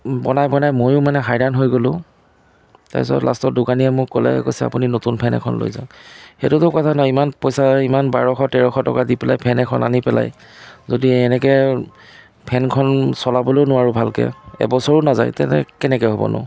বনাই বনাই ময়ো মানে হাইৰাণ হৈ গ'লো তাৰপিছত লাষ্টত দোকানীয়ে মোক ক'লে কৈছে আপুনি নতুন ফেন এখন লৈ যাওক সেইটোতো কথা নহয় ইমান পইচা ইমান বাৰশ তেৰশ টকা দি পেলাই ফেন এখন আনি পেলাই যদি এনেকৈ ফেনখন চলাবলৈও নোৱাৰো ভালকৈ এবছৰো নাযায় তেনেকৈ কেনেকৈ হ'বনো